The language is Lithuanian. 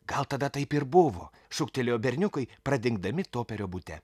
gal tada taip ir buvo šūktelėjo berniukai pradingdami toperio bute